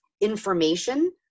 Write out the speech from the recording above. information